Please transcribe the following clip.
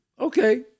Okay